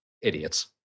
Idiots